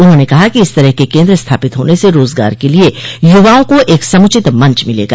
उन्होंने कहा कि इस तरह के केन्द्र स्थापित होने से रोजगार के लिये युवाओं को एक समुचित मंच मिलेगा